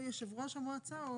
הוא יושב ראש המועצה או,